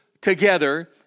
together